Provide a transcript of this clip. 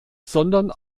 sondern